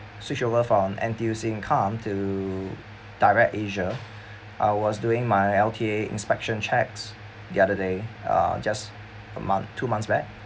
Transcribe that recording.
switch over from N_T_U_C income to DirectAsia I was doing my L_T_A inspection checks the other day uh just a month two months back